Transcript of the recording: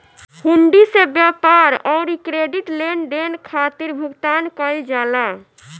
हुंडी से व्यापार अउरी क्रेडिट लेनदेन खातिर भुगतान कईल जाला